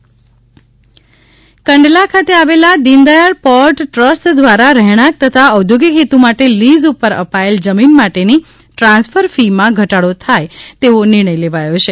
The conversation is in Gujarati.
Kandla lease transfer fee Kandla ખાતે આવેલા દિનદયાળ પોર્ટ ટ્રસ્ટ દ્વારા રહેણાંક તથા ઔદ્યોગિક હેતુ માટે લીઝ ઉપર અપાયેલ જમીન માટેની ટ્રાન્સફર ફી માં ઘટાડો થાય તેવો નિર્ણય લેવાયો છે